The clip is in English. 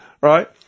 right